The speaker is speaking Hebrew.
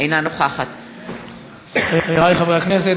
אינה נוכחת חברי חברי הכנסת,